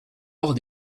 hors